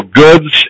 goods